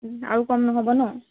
আৰু কম নহ'ব ন